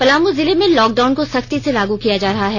पलामू जिले में लॉकडाउन को सख्ती से लागू किया जा रहा है